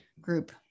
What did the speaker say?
group